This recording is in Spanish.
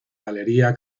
galería